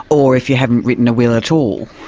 or if you haven't written a will at all.